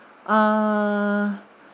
uh